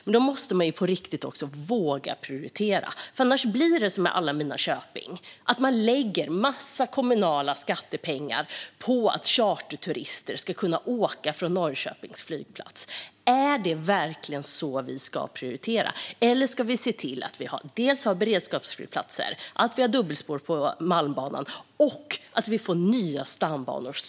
Men då måste man våga prioritera på riktigt. Annars blir det som med alla mina köpingar; man lägger en massa kommunala skattepengar på att charterturister ska kunna åka från Norrköpings flygplats. Är det verkligen så vi ska prioritera? Eller ska vi se till att vi har beredskapsflygplatser, dubbelspår på Malmbanan och får nya stambanor?